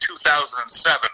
2007